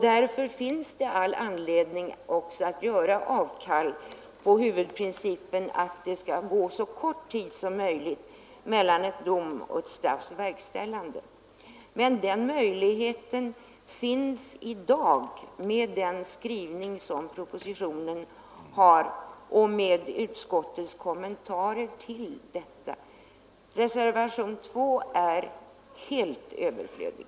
Därför finns det också all anledning att göra avkall på huvudprincipen att det skall gå så kort tid som möjligt mellan en dom och ett straffs verkställande. Den möjligheten finns i dag med den skrivning som propositionen har och med utskottets kommentarer härtill. Reservationen 2 är helt överflödig.